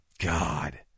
God